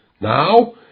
now